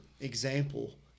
example